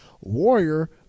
Warrior